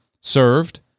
served